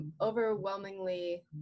overwhelmingly